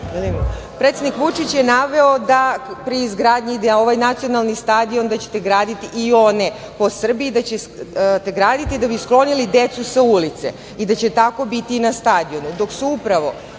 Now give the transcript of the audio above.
predsednik Vučić je naveo da pri izgradnji gde je ovaj Nacionalni stadion da ćete graditi i one po Srbiji da ćete graditi da bi sklonili decu sa ulice i da će tako biti i na stadionu,